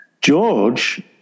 George